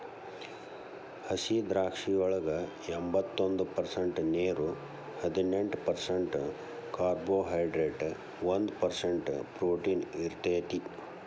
ಹಸಿದ್ರಾಕ್ಷಿಯೊಳಗ ಎಂಬತ್ತೊಂದ ಪರ್ಸೆಂಟ್ ನೇರು, ಹದಿನೆಂಟ್ ಪರ್ಸೆಂಟ್ ಕಾರ್ಬೋಹೈಡ್ರೇಟ್ ಒಂದ್ ಪರ್ಸೆಂಟ್ ಪ್ರೊಟೇನ್ ಇರತೇತಿ